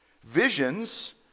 Visions